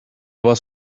was